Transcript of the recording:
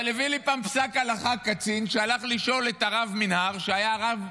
אבל הביא לי פעם פסק הלכה קצין שהלך לשאול את הרב מן-ההר זצ"ל,